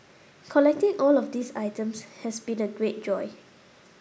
collecting all of these items has been my great joy